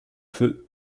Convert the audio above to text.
feu